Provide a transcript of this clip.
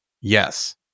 yes